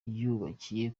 yubakiye